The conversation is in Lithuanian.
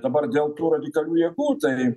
dabar dėl tų radikalių jėgų tai